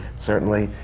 certainly,